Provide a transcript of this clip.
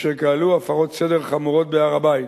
אשר כללו הפרות סדר חמורות בהר-הבית.